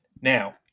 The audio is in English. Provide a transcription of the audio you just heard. Now